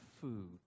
food